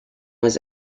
was